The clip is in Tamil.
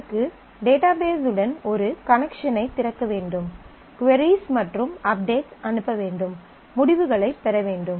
இதற்கு டேட்டாபேஸ் உடன் ஒரு கனெக்சன் ஐ திறக்க வேண்டும் கொரிஸ் மற்றும் அப்டேட்ஸ் அனுப்ப வேண்டும் முடிவுகளைப் பெற வேண்டும்